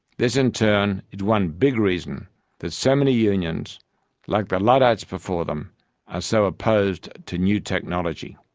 this in turn is one big reason that so many unions like the luddites before them are so opposed to new technology.